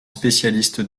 spécialistes